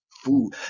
food